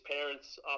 parents